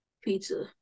pizza